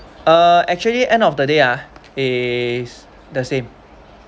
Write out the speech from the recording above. uh actually end of the day ah is the same